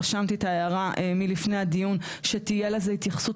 רשמתי את ההערה מלפני הדיון שתהיה לזה התייחסות.